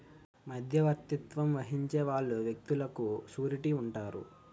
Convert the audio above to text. మధ్యవర్తిత్వం వహించే వాళ్ళు వ్యక్తులకు సూరిటీ ఉంటారు